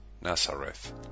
Nazareth